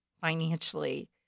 financially